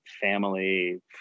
family